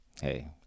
Hey